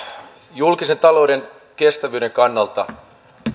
julkisen talouden kestävyyden kannalta